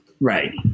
Right